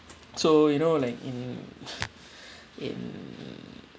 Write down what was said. so you know like in in